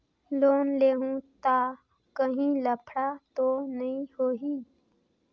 Loan लेहूं ता काहीं लफड़ा तो नी होहि?